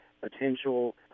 potential